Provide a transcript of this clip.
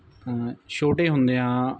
ਛੋਟੇ ਹੁੰਦਿਆਂ